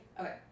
Okay